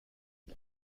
علت